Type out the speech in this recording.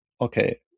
okay